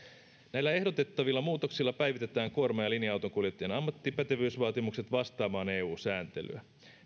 ehdotettavilla muutoksilla päivitetään kuorma ja linja autonkuljettajien ammattipätevyysvaatimukset vastaamaan eu sääntelyä